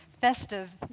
festive